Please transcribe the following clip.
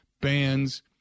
bands